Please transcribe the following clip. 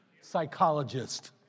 psychologist